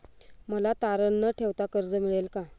मला तारण न ठेवता कर्ज मिळेल का?